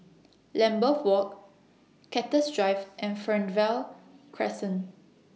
Lambeth Walk Cactus Drive and Fernvale Crescent